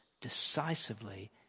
decisively